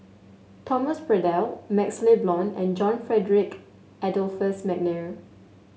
Thomas Braddell MaxLe Blond and John Frederick Adolphus McNair